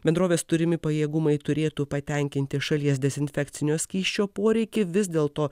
bendrovės turimi pajėgumai turėtų patenkinti šalies dezinfekcinio skysčio poreikį vis dėlto